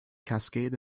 cascade